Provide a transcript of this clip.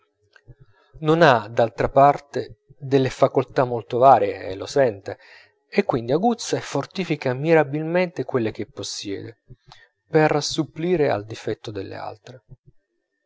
non ha d'altra parte delle facoltà molto varie e lo sente e quindi aguzza e fortifica mirabilmente quelle che possiede per supplire al difetto delle altre